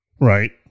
right